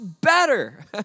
better